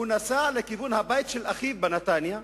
הוא נסע לכיוון הבית של אחיו בנתניה.